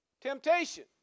Temptation